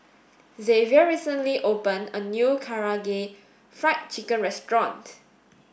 Xavier recently opened a new Karaage Fried Chicken restaurant